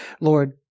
Lord